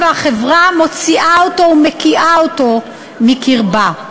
והחברה מוציאה אותו ומקיאה אותו מקרבה.